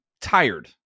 tired